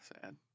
Sad